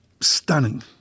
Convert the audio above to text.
stunning